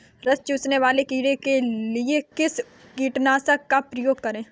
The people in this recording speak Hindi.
रस चूसने वाले कीड़े के लिए किस कीटनाशक का प्रयोग करें?